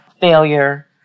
failure